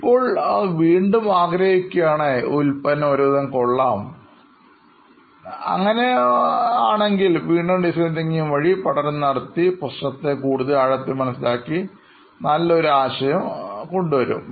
ഇപ്പോൾ അവർ പറയുകയാണ് ഈ ഉത്പന്നം ഒരുവിധം കൊള്ളാം എന്നുപറഞ്ഞാൽ വീണ്ടും ഡിസൈൻ തിങ്കിങ് വഴി പഠനം നടത്തി പ്രശ്നത്തെ കൂടുതൽ ആഴത്തിൽ മനസ്സിലാക്കി നല്ലൊരു ആശയം കൊണ്ടുവരും